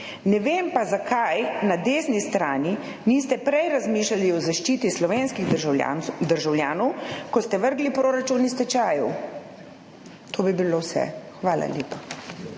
Ne vem pa, zakaj niste na desni strani prej razmišljali o zaščiti slovenskih državljanov, ko ste vrgli proračun s tečajev. To bi bilo vse. Hvala lepa.